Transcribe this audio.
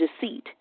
deceit